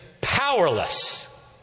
powerless